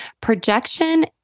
Projection